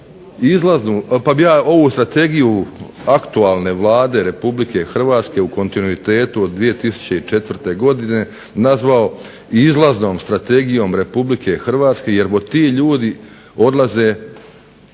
odlaze. Pa bih ja ovu Strategiju aktualne Vlade Republike Hrvatske u kontinuitetu od 2004. godine nazvao izlaznom strategijom Republike Hrvatske jerbo ti ljudi odlaze